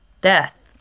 death